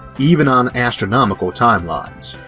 even on astronomical timelines.